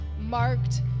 marked